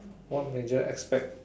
what major aspect